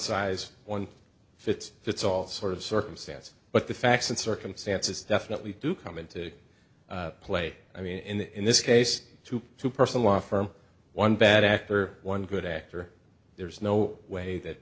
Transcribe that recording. size fits fits all sort of circumstance but the facts and circumstances definitely do come into play i mean in this case two person law firm one bad actor one good actor there's no way that